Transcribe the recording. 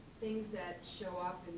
things that show up